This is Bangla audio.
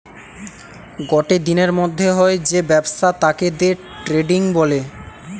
গটে দিনের মধ্যে হয় যে ব্যবসা তাকে দে ট্রেডিং বলে